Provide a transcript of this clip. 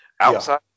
Outside